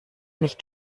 nicht